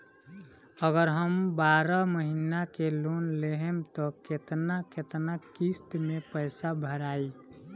अगर हम बारह महिना के लोन लेहेम त केतना केतना किस्त मे पैसा भराई?